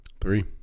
Three